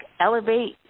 elevate